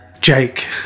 Jake